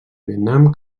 vietnam